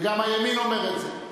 וגם הימין אומר את זה.